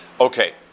Okay